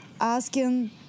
asking